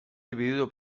dividido